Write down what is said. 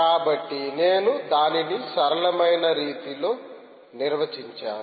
కాబట్టి నేను దానిని సరళమైన రీతిలో నిర్వచించాను